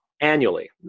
annually